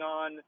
on